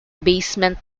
basement